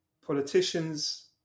politicians